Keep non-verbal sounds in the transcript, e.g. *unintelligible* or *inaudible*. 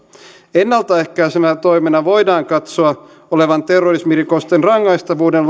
ennalta ehkäisevän toiminnan voidaan katsoa olevan terrorismirikosten rangaistavuuden *unintelligible*